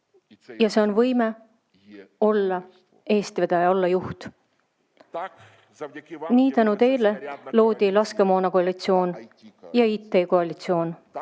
Ja see on võime olla eestvedaja, olla juht. Nii tänu teile loodi laskemoonakoalitsioon ja IT-koalitsioon.